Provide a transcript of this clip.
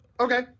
Okay